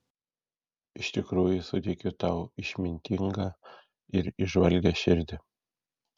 iš tikrųjų suteikiu tau išmintingą ir įžvalgią širdį